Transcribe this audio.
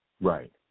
Right